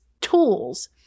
tools